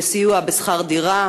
לסיוע בשכר דירה